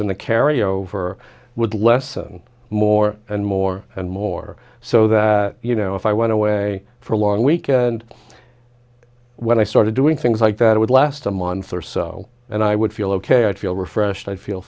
the carryover would lessen more and more and more so that you know if i went away for a long weekend when i started doing things like that i would last a month or so and i would feel ok i feel refreshed i feel